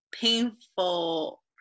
painful